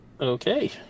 Okay